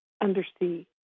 undersea